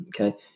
okay